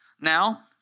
Now